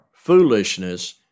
foolishness